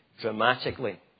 dramatically